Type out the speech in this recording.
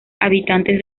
habitante